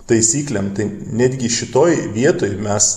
taisyklėm tai netgi šitoj vietoj mes